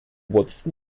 watson